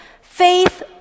Faith